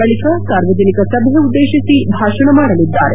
ಬಳಿಕ ಸಾರ್ವಜನಿಕ ಸಭೆ ಉದ್ದೇಶಿಸಿ ಭಾಷಣ ಮಾಡಲಿದ್ದಾರೆ